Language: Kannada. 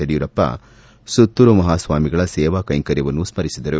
ಯಡಿಯೂರಪ್ಪ ಸುತ್ತೂರು ಮಹಾಸ್ವಾಮಿಗಳ ಸೇವಾ ಕೈಂಕರ್ಯವನ್ನು ಸ್ಥರಿಸಿದರು